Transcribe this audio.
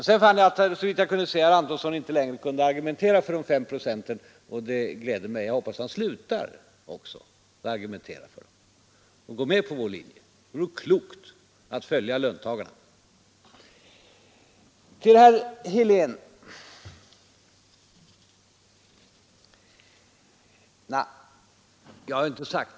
Såvitt jag kunde se kunde herr Antonsson inte längre argumentera för de 5 procenten. Det gläder mig, och jag hoppas också att han slutar argumentera och går med på vår linje. Det vore klokt att följa löntagarna.